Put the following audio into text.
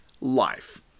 life